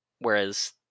whereas